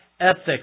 ethics